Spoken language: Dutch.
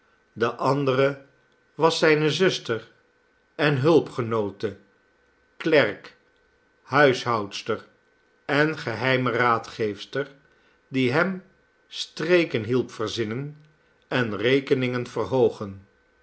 de andere was zijne zuster en hulpgenoote klerk huishoudster en geheime raadgeefster die hem streken hielp verzinnen en rekeningen verhoogen